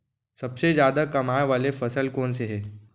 सबसे जादा कमाए वाले फसल कोन से हे?